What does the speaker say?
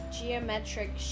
geometric